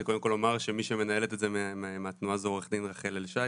אני קודם כל אומר שמי שמנהלת את זה מהתנועה זו עו"ד רחל אל שי,